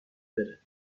داره